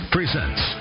presents